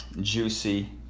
juicy